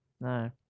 No